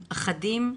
אחדים.